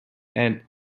and